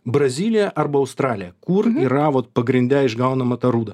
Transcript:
brazilija arba australija kur yra vot pagrinde išgaunama ta rūda